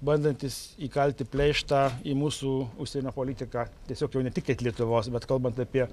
bandantis įkalti pleištą į mūsų užsienio politiką tiesiog jau ne tik lietuvos bet kalbant apie